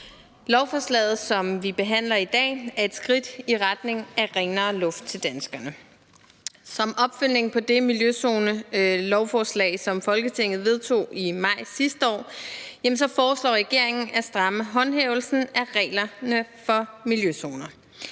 Lovforslaget, som vi behandler i dag, er et skridt i retning af renere luft til danskerne. Som opfølgning på det miljøzonelovforslag, som Folketinget vedtog i maj sidste år, foreslår regeringen at stramme håndhævelsen af reglerne for miljøzoner.